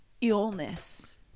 illness